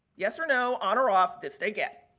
yes or no, on or off, this they get.